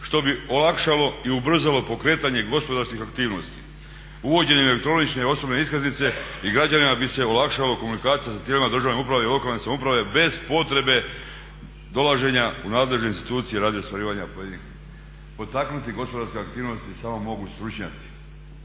što bi olakšalo i ubrzalo pokretanje gospodarskih aktivnosti. Uvođenjem elektronične osobne iskaznice i građanima bi se olakšala komunikacija sa tijelima državne uprave i lokalne samouprave bez potrebe dolaženja u nadležne institucije radi ostvarivanja pojedinih. Potaknuti gospodarske aktivnosti samo mogu stručnjaci.